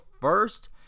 first